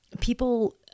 People